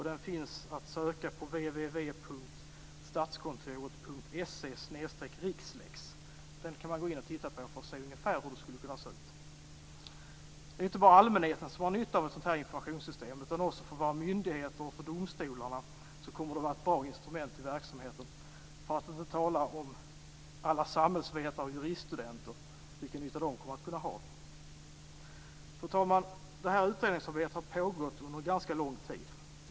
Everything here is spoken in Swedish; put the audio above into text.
Den finns att söka på www.statskontoret.se/rixlex. Den kan man gå in och titta på för att se ungefär hur det skulle kunna se ut. Det är inte bara allmänheten som har nytta av ett sådant informationssystem utan också för våra myndigheter och domstolarna kommer det att vara ett bra instrument i verksamheten, för att inte tala om vilken nytta alla samhällsvetare och juriststudenter kommer att kunna ha av det. Fru talman! Detta utredningsarbete har pågått under ganska lång tid.